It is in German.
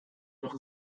doch